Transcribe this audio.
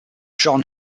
john